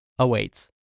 awaits